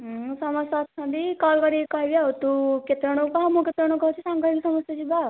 ସମସ୍ତେ ଅଛନ୍ତି କଲ କରିକି କହିବି ଆଉ ତୁ କେତେଜଣଙ୍କୁ କହ ମୁଁ କେତେଜଣକୁ କହୁଛି ସାଙ୍ଗ ହେଇ ସମସ୍ତେ ଯିବା ଆଉ